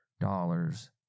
dollars